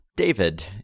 David